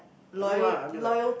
I don't know lah I mean like